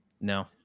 No